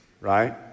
right